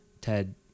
Ted